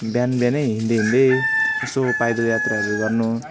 बिहानबिहानै हिँड्दा हिँड्दै यसो पैदल यात्राहरू गर्नु